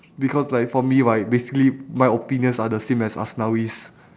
because like for me right basically my opinions are the same as aslawi's